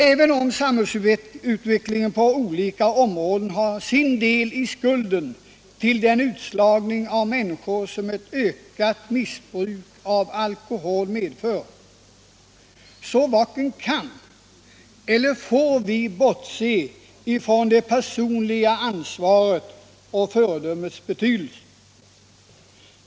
Även om samhällsutvecklingen på olika områden har sin del i skulden till den utslagning av människor som ett ökat missbruk av alkohol medför, så varken kan eller får vi bortse från det personliga ansvaret och föredömets betydelse.